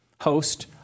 host